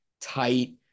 tight